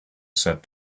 said